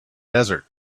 desert